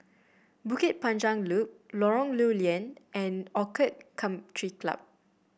Bukit Panjang Loop Lorong Lew Lian and Orchid Country Club